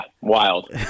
Wild